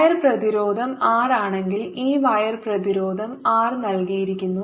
wire പ്രതിരോധം R ആണെങ്കിൽ ഈ വയർ പ്രതിരോധം R നൽകിയിരിക്കുന്നു